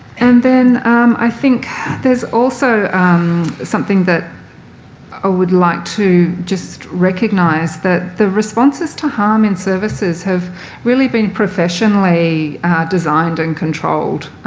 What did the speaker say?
and then i think there's also something that i would like to just recognise, that the responses to harm in services have really been professionally designed and controlled,